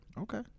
Okay